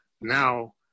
now